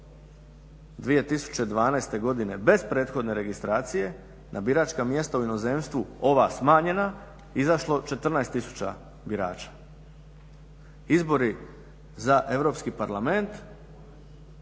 2012. godine bez prethodne registracije na biračka mjesta u inozemstvu, ova smanjena, izašlo 14 tisuća birača. Izbori za Europski parlament